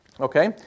Okay